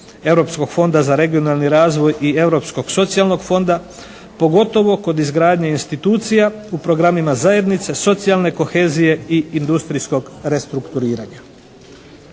Europskog fonda za regionalni razvoj i Europskog socijalnog fonda, pogotovo kod izgradnje institucija u programima zajednice, socijalne kohezije i industrijskog restrukturiranja.